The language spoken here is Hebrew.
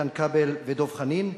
איתן כבל ודב חנין,